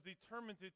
determined